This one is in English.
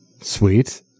Sweet